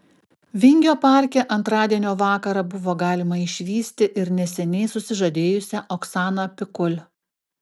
vingio parke antradienio vakarą buvo galima išvysti ir neseniai susižadėjusią oksaną pikul